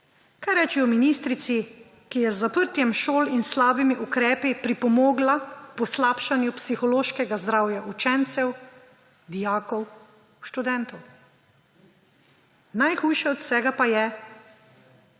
Kaj reči o ministrici, ki je z zaprtjem šol in slabimi ukrepi pripomogla k poslabšanju psihološkega zdravja učencev, dijakov, študentov? Najhujše od vsega pa je,